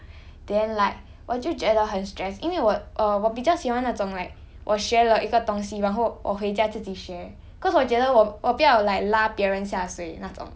then like 我就觉得很 stress 因为我 err 我比较喜欢那种 like 我学了一个东西然后我回家自己学 cause 我觉得我我不要 like 拉别人下水那种